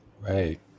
right